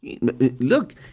Look